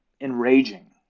enraging